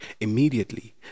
Immediately